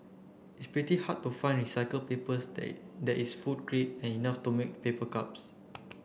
and it's pretty hard to find recycle paper day that is food grade and enough to make paper cups